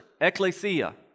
ecclesia